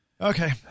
Okay